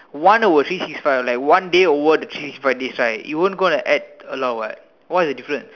one over three six five like one day over the three six five days right it won't going to add a lot what's the difference